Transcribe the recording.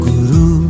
Guru